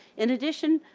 in addition,